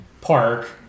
Park